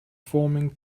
forming